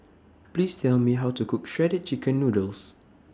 Please Tell Me How to Cook Shredded Chicken Noodles